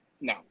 No